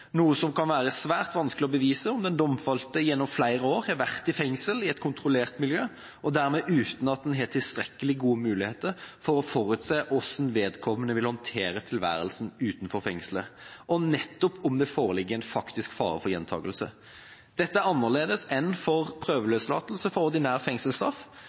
noe som kan være svært vanskelig å bevise om den domfelte gjennom flere år har vært i fengsel i et kontrollert miljø og en dermed ikke har tilstrekkelig gode muligheter til å forutse hvordan vedkommende vil håndtere tilværelsen utenfor fengselet – og nettopp om det foreligger en faktisk fare for gjentakelse. Dette er annerledes enn for prøveløslatelse fra ordinær fengselsstraff,